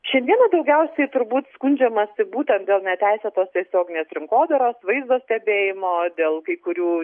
šiandieną daugiausiai turbūt skundžiamasi būtent dėl neteisėtos tiesioginės rinkodaros vaizdo stebėjimo dėl kai kurių